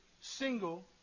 single